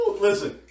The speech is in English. Listen